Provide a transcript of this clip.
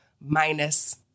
minus